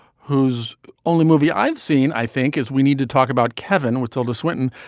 whose only movie i've seen, i think is we need to talk about kevin with tilda swinton.